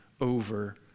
over